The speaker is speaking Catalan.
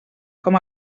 com